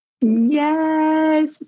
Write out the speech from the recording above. Yes